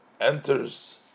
enters